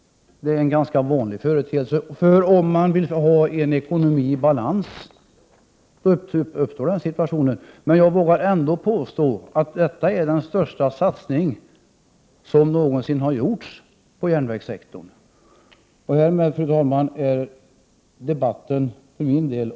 Om man vill ha en ekonomi i balans, uppstår denna situation. Men jag vågar ändå påstå att detta är den största satsning som någonsin har gjorts när det gäller järnvägssektorn. Fru talman! Därmed är debatten avslutad för min del.